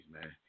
man